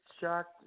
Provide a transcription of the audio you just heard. shocked